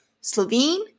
Slovene